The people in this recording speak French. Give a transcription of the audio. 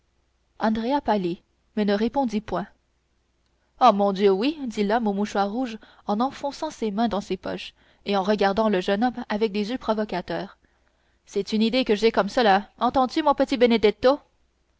mais ne répondit point oh mon dieu oui dit l'homme au mouchoir rouge en enfonçant ses mains dans ses poches et en regardant le jeune homme avec des yeux provocateurs c'est une idée que j'ai comme cela entends-tu mon